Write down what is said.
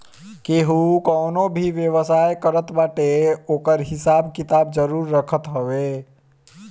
केहू कवनो भी व्यवसाय करत बाटे ओकर हिसाब किताब जरुर रखत हवे